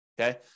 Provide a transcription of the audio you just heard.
Okay